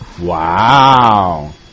Wow